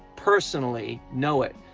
personally, know it!